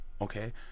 Okay